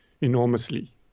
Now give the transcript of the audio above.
enormously